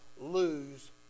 lose